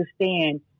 understand